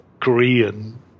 Korean